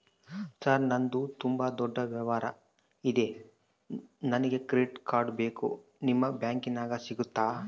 Sir ನಂದು ತುಂಬಾ ದೊಡ್ಡ ವ್ಯವಹಾರ ಇದೆ ನನಗೆ ಕ್ರೆಡಿಟ್ ಕಾರ್ಡ್ ಬೇಕು ನಿಮ್ಮ ಬ್ಯಾಂಕಿನ್ಯಾಗ ಸಿಗುತ್ತಾ?